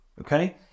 Okay